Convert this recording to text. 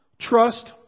trust